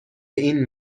این